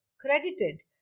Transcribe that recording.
credited